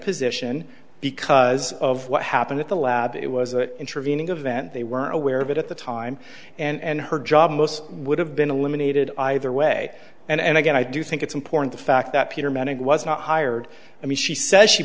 position because of what happened at the last it was an intervening event they were aware of it at the time and her job most would have been eliminated either way and again i do think it's important the fact that peter manning was not hired i mean she says she